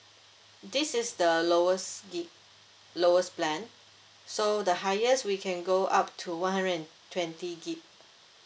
this is the lowest G_B lowest plan so the highest we can go up to one hundred and twenty G_B